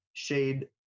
shade